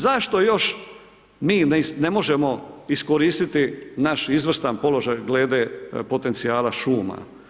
Zašto još mi ne možemo iskoristiti naš izvrstan položaj glede potencijala šuma?